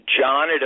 John